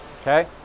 Okay